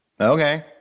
Okay